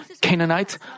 Canaanites